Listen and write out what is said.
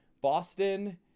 Boston